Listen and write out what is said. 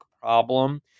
problem